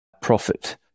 profit